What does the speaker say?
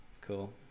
cool